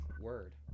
Word